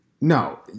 No